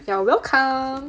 you're welcome